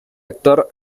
actor